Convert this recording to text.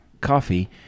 coffee